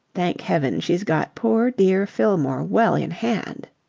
thank heaven, she's got poor dear fillmore well in hand.